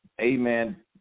amen